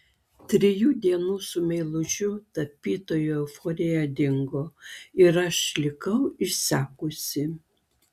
trijų dienų su meilužiu tapytoju euforija dingo ir aš likau išsekusi